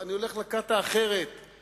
עכשיו אני מבין למה קל להחליף את